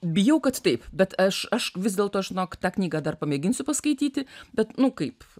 bijau kad taip bet aš aš vis dėlto žinok tą knygą dar pamėginsiu paskaityti bet nu kaip